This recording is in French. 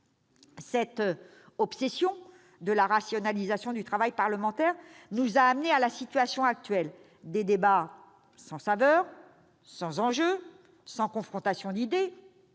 Cette obsession de la rationalisation du travail parlementaire nous a amenés à la situation actuelle : des débats sans saveur, sans enjeu, sans confrontation d'idées